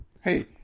Hey